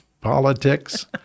politics